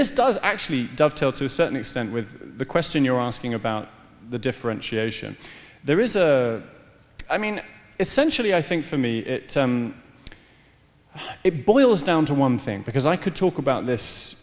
this does actually dovetail to a certain extent with the question you're asking about the differentiation there is a i mean essentially i think for me it boils down to one thing because i could talk